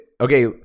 Okay